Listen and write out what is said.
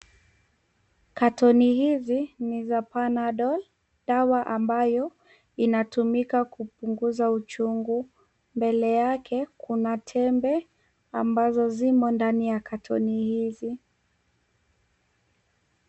Katoni hizi ni za Panadol, dawa ambayo inatumika kupunguza uchungu. Mbele yake kuna tembe ambazo zimo ndani ya katoni hizi.